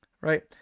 Right